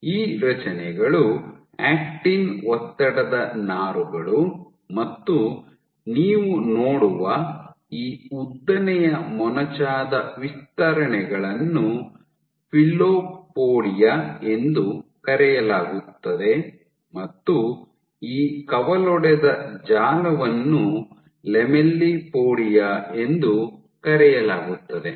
ಈ ರಚನೆಗಳು ಆಕ್ಟಿನ್ ಒತ್ತಡದ ನಾರುಗಳು ಮತ್ತು ನೀವು ನೋಡುವ ಈ ಉದ್ದನೆಯ ಮೊನಚಾದ ವಿಸ್ತರಣೆಗಳನ್ನು ಫಿಲೋಪೊಡಿಯಾ ಎಂದು ಕರೆಯಲಾಗುತ್ತದೆ ಮತ್ತು ಈ ಕವಲೊಡೆದ ಜಾಲವನ್ನು ಲ್ಯಾಮೆಲ್ಲಿಪೋಡಿಯಾ ಎಂದು ಕರೆಯಲಾಗುತ್ತದೆ